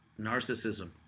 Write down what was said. narcissism